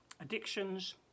addictions